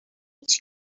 هیچ